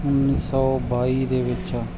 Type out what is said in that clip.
ਉਨੀ ਸੋ ਬਾਈ ਦੇ ਵਿੱਚ